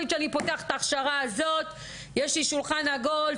לפתוח את ההכשרה הזאת יש לי שולחן עגול,